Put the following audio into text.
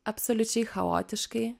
absoliučiai chaotiškai